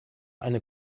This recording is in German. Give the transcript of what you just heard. eine